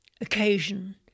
occasion